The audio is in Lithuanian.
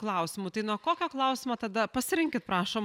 klausimų tai nuo kokio klausimo tada pasirinkit prašom